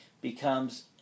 becomes